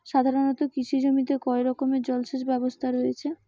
সাধারণত কৃষি জমিতে কয় রকমের জল সেচ ব্যবস্থা রয়েছে?